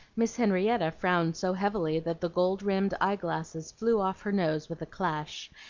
miss henrietta frowned so heavily that the gold-rimmed eye-glasses flew off her nose with a clash,